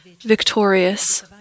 victorious